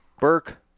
Burke